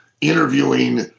interviewing